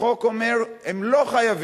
החוק אומר: הם לא חייבים.